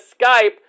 Skype